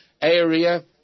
area